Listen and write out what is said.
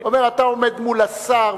אומר: אתה עומד מול השר,